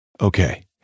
Okay